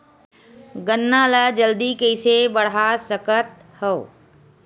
गन्ना ल जल्दी कइसे बढ़ा सकत हव?